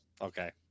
okay